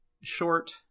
short